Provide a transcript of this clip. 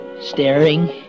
Staring